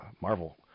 Marvel